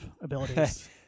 abilities